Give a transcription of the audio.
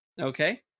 Okay